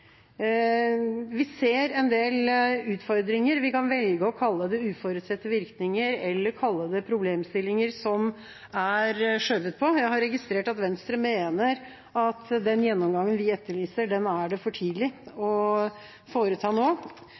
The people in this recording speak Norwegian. Vi ser en del utfordringer. Vi kan velge å kalle det uforutsette virkninger eller problemstillinger som er skjøvet på. Jeg har registrert at Venstre mener at den gjennomgangen vi etterlyser, er det for tidlig å foreta nå.